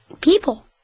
people